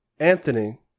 Anthony